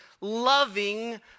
loving